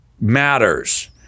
matters